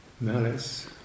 Malice